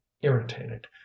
irritated